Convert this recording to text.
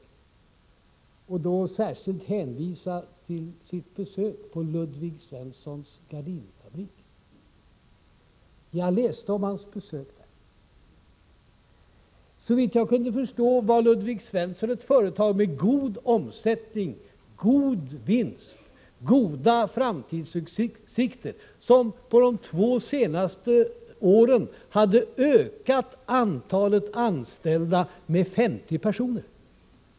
Han hänvisade då särskilt till sitt besök på Ludvig Svenssons gardinfabrik. Jag läste om Westerbergs besök där. Såvitt jag kunde förstå var Ludvig Svensson ett företag med god omsättning, god vinst och goda framtidsutsikter som på de två senaste åren har ökat antalet anställda med 50 personer.